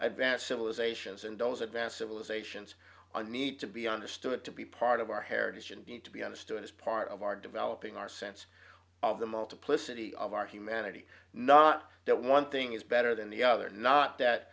advanced civilizations and those advanced civilizations and need to be understood to be part of our heritage and need to be understood as part of our developing our sense of the multiplicity of our humanity not that one thing is better than the other not that